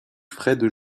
fred